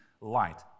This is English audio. light